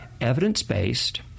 Evidence-Based